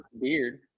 beard